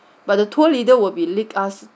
but the tour leader will be lead us